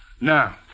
Now